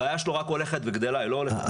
הבעיה שלו רק הולכת וגדלה, היא לא הולכת וקטנה.